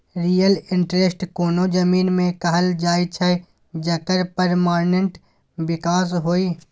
real estate कोनो जमीन केँ कहल जाइ छै जकर परमानेंट बिकास होइ